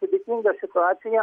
sudėtinga situacija